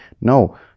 no